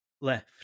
left